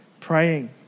Praying